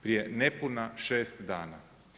Prije nepuna 6 dana.